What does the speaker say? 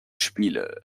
spiele